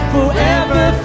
Forever